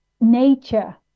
nature